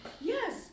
Yes